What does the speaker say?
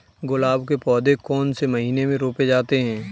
गुलाब के पौधे कौन से महीने में रोपे जाते हैं?